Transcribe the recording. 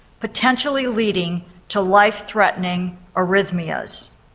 potentially leading to life-threatening arrhythmias.